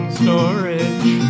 storage